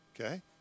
Okay